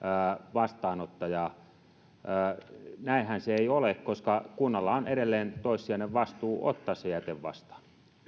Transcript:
vastaanottajaa että näinhän se ei ole koska kunnalla on edelleen toissijainen vastuu ottaa se jäte vastaan